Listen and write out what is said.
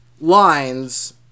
lines